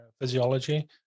physiology